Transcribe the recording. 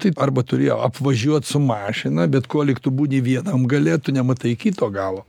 taip arba turi ją apvažiuot su mašina bet kolik tu būni vienam gale tu nematai kito galo